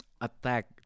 attack